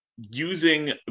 using